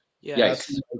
Yes